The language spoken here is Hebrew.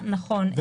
(2)